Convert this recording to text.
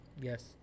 yes